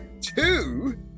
two